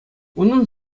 унӑн